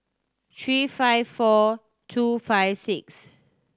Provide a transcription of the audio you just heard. three five four two five six